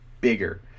bigger